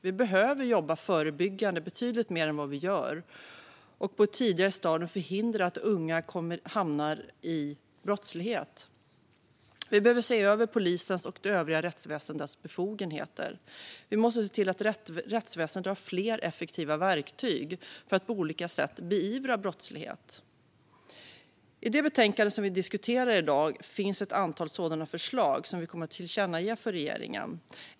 Vi behöver jobba förebyggande betydligt mer än vad vi gör och på ett tidigare stadium förhindra att unga människor hamnar i brottslighet. Vi behöver se över polisens och det övriga rättsväsendets befogenheter. Vi måste se till att rättsväsendet har fler effektiva verktyg för att på olika sätt beivra brottslighet. I det betänkande som vi diskuterar i dag finns ett antal sådana förslag som vi kommer att tillkännage för regeringen.